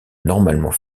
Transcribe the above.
normalement